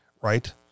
right